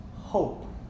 hope